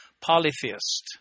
polytheist